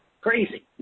Crazy